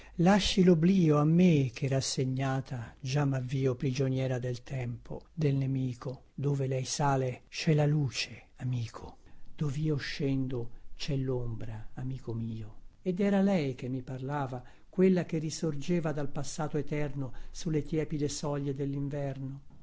lasci loblìo a me che rassegnata già mavvio prigioniera del tempo del nemico dove lei sale cè la luce amico dovio scendo cè lombra amico mio ed era lei che mi parlava quella che risorgeva dal passato eterno sulle tepide soglie dellinverno